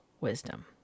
wisdom